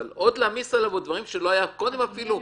אבל עוד להעמיס עליו ועוד דברים שלא היו קודם אפילו?